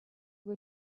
were